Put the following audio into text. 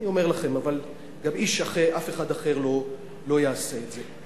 וגם אף אחד אחר לא יעשה את זה.